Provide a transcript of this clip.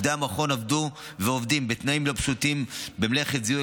עובדי המכון עבדו ועובדים בתנאים לא פשוטים במלאכת זיהוי